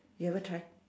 you ever try